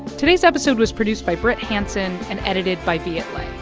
today's episode was produced by brit hanson and edited by viet le.